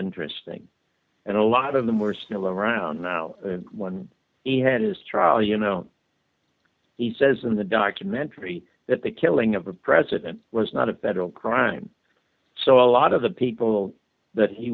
interesting and a lot of them were still around now when he had his trial you know he says in the documentary that the killing of the president was not a federal crime so a lot of the people that he